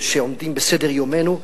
שעומדים בסדר-יומנו,